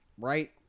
right